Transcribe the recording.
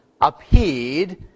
appeared